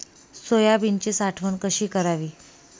सोयाबीनची साठवण कशी करावी?